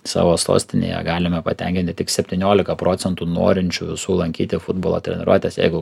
savo sostinėje galime patenkinti tik septyniolika procentų norinčių lankyti futbolo treniruotes jeigu